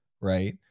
right